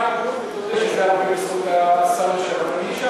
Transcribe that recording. תהיה הגון ותודה שזה בזכות השר לשעבר אלי ישי.